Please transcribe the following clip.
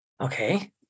Okay